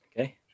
Okay